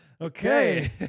Okay